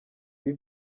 ibi